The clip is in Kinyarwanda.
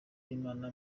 imana